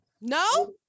no